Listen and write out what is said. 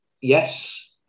Yes